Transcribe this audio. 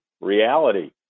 reality